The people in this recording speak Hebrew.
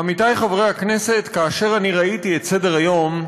עמיתיי חברי הכנסת, כאשר אני ראיתי את סדר-היום,